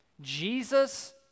Jesus